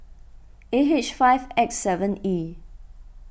A H five X seven E